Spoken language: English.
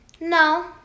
No